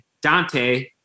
Dante